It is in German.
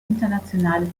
internationale